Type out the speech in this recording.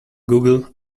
google